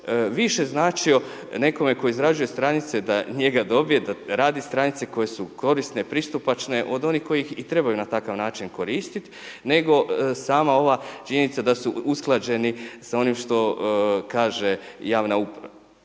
više značio nekome tko izrađuje stranice da njega dobije, da radi stranice koje su korisne, pristupačne od onih koji ih i trebaju na takav način koristiti nego sama ova činjenica da su usklađeni s onim što kaže javna uprava